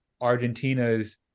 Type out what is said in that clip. Argentina's